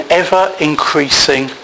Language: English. ever-increasing